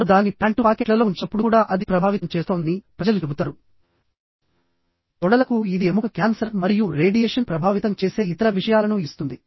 వారు దానిని ప్యాంటు పాకెట్లలో ఉంచినప్పుడు కూడా అది ప్రభావితం చేస్తోందని ప్రజలు చెబుతారు తొడలకు ఇది ఎముక క్యాన్సర్ మరియు రేడియేషన్ ప్రభావితం చేసే ఇతర విషయాలను ఇస్తుంది